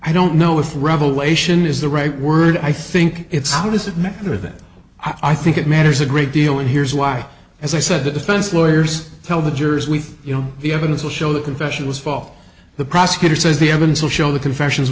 i don't know if revelation is the right word i think it's how does it matter that i think it matters a great deal and here's why as i said the defense lawyers tell the jurors we you know the evidence will show the confession was fall the prosecutor says the evidence will show the confessions